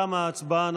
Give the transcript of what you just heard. תמה ההצבעה.